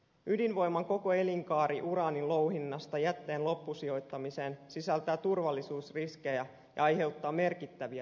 ydinvoiman koko elinkaari uraanin louhinnasta jätteen loppusijoittamiseen sisältää turvallisuusriskejä ja aiheuttaa merkittäviä ympäristöhaittoja